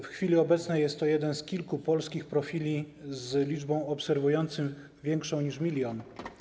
W chwili obecnej jest to jeden z kilku polskich profili z liczbą obserwujących większą niż 1 mln.